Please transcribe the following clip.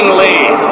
lead